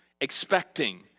expecting